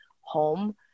home